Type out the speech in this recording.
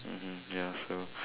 mmhmm ya so